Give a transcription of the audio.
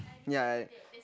ya